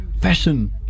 fashion